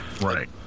Right